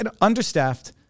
understaffed